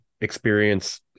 experience